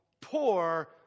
poor